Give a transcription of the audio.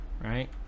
right